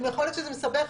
יכול להיות שזה מסבך,